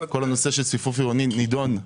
כל הנושא של ציפוף עירוני נדון,